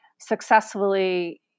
successfully